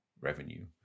revenue